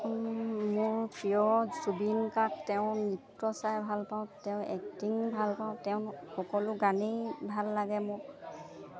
মোৰ প্ৰিয় জুবিন গাৰ্গ তেওঁৰ নৃত্য চাই ভাল পাওঁ তেওঁ এক্টিং ভাল পাওঁ তেওঁ সকলো গানেই ভাল লাগে মোক